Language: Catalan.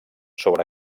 sobre